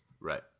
Right